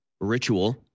ritual